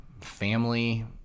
family